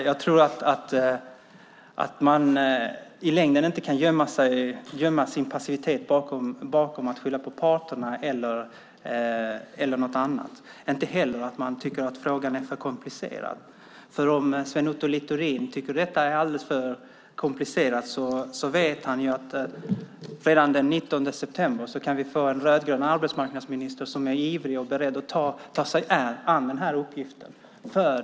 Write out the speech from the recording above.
Fru talman! Jag tror att man i längden inte kan gömma sin passivitet bakom att skylla på parterna eller något annat. Inte heller kan man gömma sig bakom att man tycker att frågan är för komplicerad. Om Sven Otto Littorin tycker att detta är alldeles för komplicerat ska han veta att redan den 19 september kan vi få en rödgrön arbetsmarknadsminister som är ivrig och beredd att ta sig an den här uppgiften.